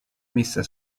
messa